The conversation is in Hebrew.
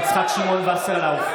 בעד יצחק שמעון וסרלאוף,